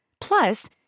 Plus